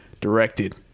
directed